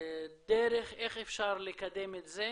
הדרך איך אפשר לקדם את זה